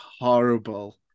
horrible